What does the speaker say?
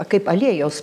kaip aliejaus